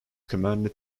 commanded